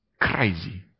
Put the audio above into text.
crazy